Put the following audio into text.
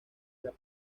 era